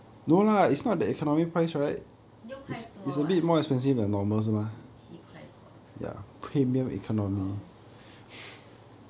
六块多 what 七块多 lah orh